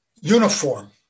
uniform